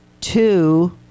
two